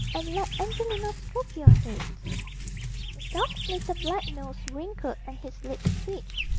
and let angelina stroke your head the dog's little black nose wrinkled and his lips twitched,